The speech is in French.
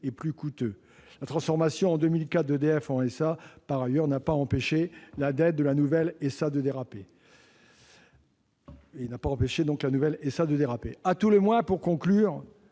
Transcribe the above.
La transformation en 2004 d'EDF en SA n'a pas empêché la dette de la nouvelle SA de déraper. À tout le moins et pour conclure,